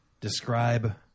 describe